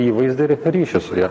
įvaizdį ir ryšį su ja